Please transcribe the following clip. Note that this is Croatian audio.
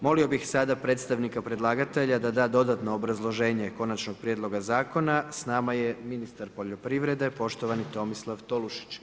Molio bih sada predstavnika predlagatelja da da dodatno obrazloženje konačnog prijedloga zakona, s nama je ministar poljoprivrede, poštovani Tomislav Tolušić.